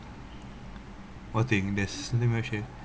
what thing there